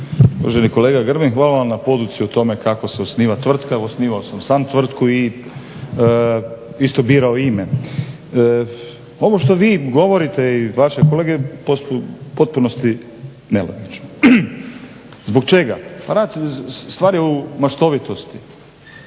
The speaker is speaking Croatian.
Uvaženi kolega Grbin hvala vam na poduci o tome kako se osniva tvrtka, osnivao sam sam tvrtku i isto birao ime. Ovo što vi govorite i vaše kolege to su u potpunosti nelogično. Zbog čega? Pa radi se, stvar je u maštovitosti.